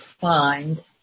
find